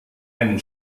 einen